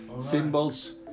symbols